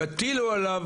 יטילו עליו